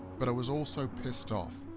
but i was also pissed off.